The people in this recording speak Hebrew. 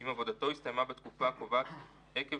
אם עבודתו הסתיימה בתקופה הקובעת עקב